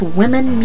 women